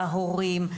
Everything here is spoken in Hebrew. ההורים,